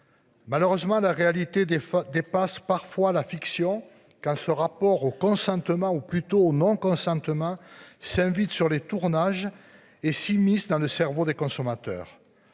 Malheureusement la réalité des dépasse parfois la fiction qu'ce rapport au consentement ou plutôt au non-consentement s'invite sur les tournages et s'immisce dans le cerveau des consommateurs.